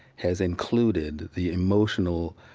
has included the emotional,